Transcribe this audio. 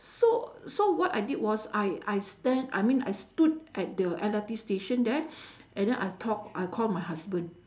so so what I did was I I stand I mean I stood at the L_R_T station there and then I talk I called my husband